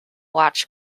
watch